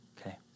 Okay